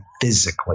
physically